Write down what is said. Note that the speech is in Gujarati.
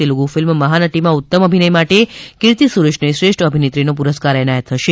તેલુગુ ફિલ્મ મહાનટીમાં ઉત્તમ અભિનય માટે કીર્તી સુરેશને શ્રેષ્ઠ અભિનેત્રીનો પુરસ્કાર એનાયત થશે